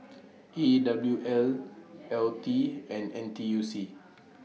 E W L L T and N T U C